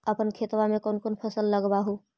अपन खेतबा मे कौन कौन फसल लगबा हू?